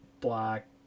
black